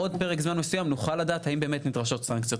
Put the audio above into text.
ובעוד פרק זמן מסוים נוכל לדעת האם באמת נדרשות סנקציות.